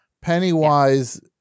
Pennywise